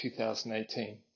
2018